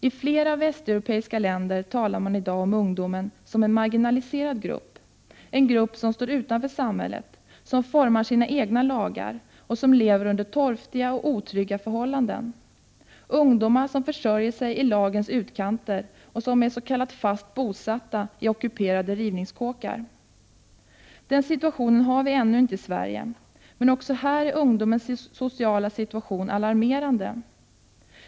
I flera västeuropeiska länder talar man i dag om ungdomen som en marginaliserad grupp, en grupp som står utanför samhället, som formar sina egna lagar och som lever under torftiga och otrygga förhållanden. Det är ungdomar som försörjer sig i lagens utkanter och som är ”fast bosatta” i ockuperade rivningskåkar. Den situationen har vi ännu inte i Sverige, men också här är ungdomens sociala situation alarmerande.